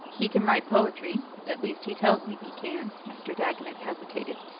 he can write poetry at least he tells me he can. mr. dagonet hesitated,